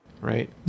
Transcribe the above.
right